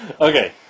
Okay